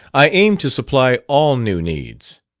i aim to supply all new needs.